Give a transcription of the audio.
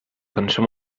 cançó